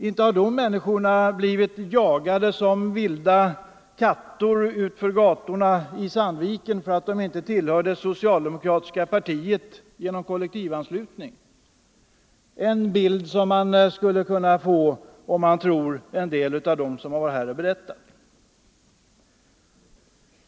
Inte har de människorna blivit jagade som vilda kattor ute på gatorna i Sandviken därför att de inte tillhör det socialdemokratiska partiet genom kollektivanslutning — en bild som man skulle kunna göra sig om man skulle tro en del av dem som berättat om det här.